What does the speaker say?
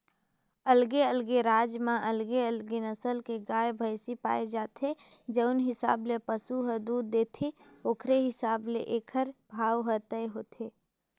अलगे अलगे राज म अलगे अलगे नसल के गाय, भइसी पाए जाथे, जउन हिसाब ले पसु ह दूद देथे ओखरे हिसाब ले एखर भाव हर तय होथे